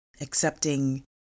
accepting